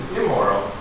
immoral